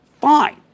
Fine